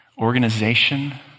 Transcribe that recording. organization